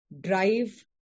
Drive